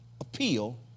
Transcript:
appeal